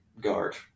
guard